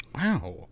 Wow